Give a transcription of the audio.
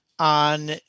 On